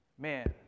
Man